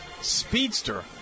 speedster